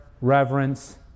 reverence